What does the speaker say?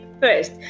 First